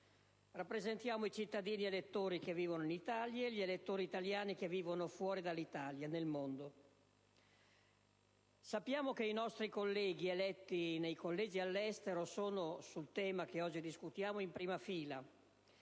rappresentiamo quindi i cittadini elettori che vivono in Italia e gli elettori italiani che vivono fuori dall'Italia, nel mondo. Sappiamo che i nostri colleghi eletti nei collegi all'estero sono in prima fila sul tema che oggi discutiamo, ma è